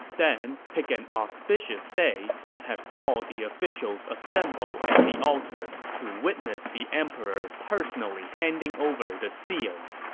then, pick an auspicious day and have all the officials assemble at the altar to witness the emperor personally handing over the seal.